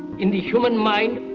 in the human mind,